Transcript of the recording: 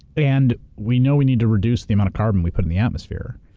and we know we need to reduce the amount of carbon we put in the atmosphere.